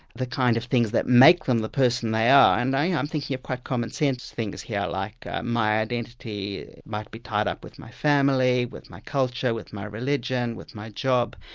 the kind of things that make them the person they are and yeah i'm thinking of quite commonsense things here, like my identity might be tied up with my family, with my culture, with my religion, with my job.